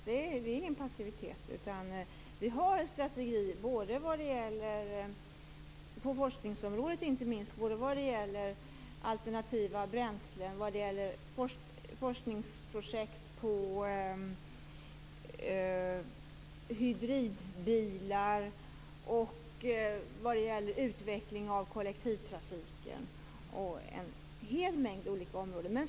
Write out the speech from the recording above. Det är ingen passivitet, utan vi har en strategi på forskningsområdet vad gäller alternativa bränslen, forskningsprojekt på hydridbilar och utveckling av kollektivtrafiken - på en mängd olika områden.